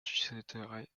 susciterait